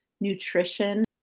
nutrition